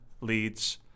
leads